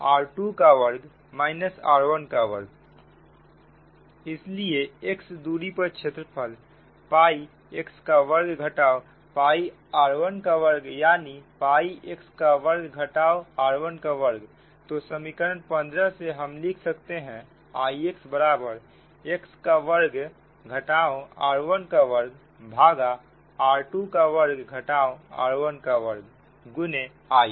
इसलिए x दूरी पर क्षेत्रफल पाई x का वर्ग घटाओ पाई r1 का वर्ग यानी पाई x का वर्ग घटाओ r1 का वर्ग तो समीकरण 15 से हम लिख सकते हैं Ix बराबर x का वर्ग घटाओ r1 का वर्ग भागा r2 का वर्ग घटाओ r 1 का वर्ग गुने I